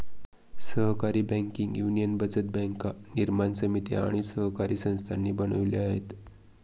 सहकारी banking union बचत बँका निर्माण समिती आणि सहकारी संस्थांनी बनवल्या आहेत